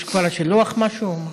יש כפר השילוח, משהו?